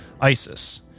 ISIS